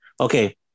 Okay